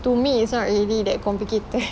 to me it's not really that complicated